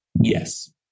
yes